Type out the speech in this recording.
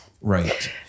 Right